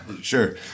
Sure